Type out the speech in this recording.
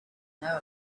know